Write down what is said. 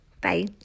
Bye